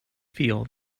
feel